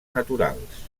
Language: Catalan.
naturals